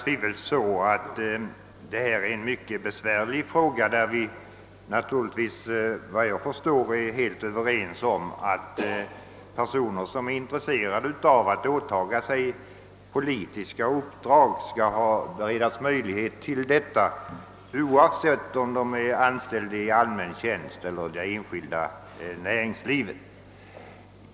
Detta är utan tvivel en mycket besvärlig fråga, i vilken vi naturligtvis, efter vad jag förstår, är helt överens om att personer som är intresserade av att åta sig politiska uppdrag skall beredas möjligheter härtill, oavsett om de är anställda i allmän tjänst eller i det enskilda näringslivet.